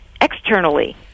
externally